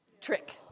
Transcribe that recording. trick